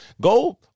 Go